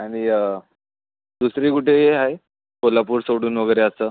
आणि दुसरी कुठे आहे कोल्हापूर सोडून वगैरे असं